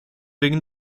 wegen